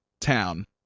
town